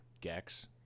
Gex